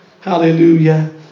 hallelujah